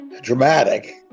dramatic